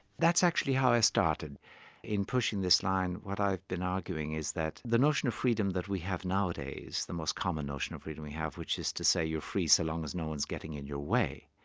that's actually how i started in pushing this line. what i've been arguing is that the notion of freedom that we have nowadays, the most common notion of freedom we have, which is to say you're free so long as no-one's getting in your way,